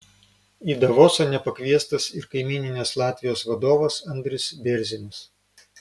į davosą nepakviestas ir kaimyninės latvijos vadovas andris bėrzinis